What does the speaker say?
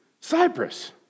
Cyprus